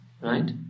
right